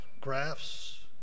graphs